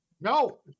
No